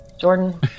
Jordan